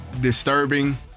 disturbing